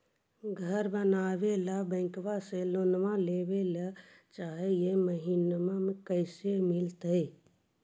घर बनावे ल बैंक से लोन लेवे ल चाह महिना कैसे मिलतई?